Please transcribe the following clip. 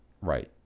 right